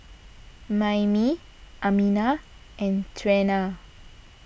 Mayme Amina and Trena